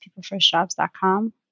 PeopleFirstJobs.com